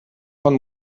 von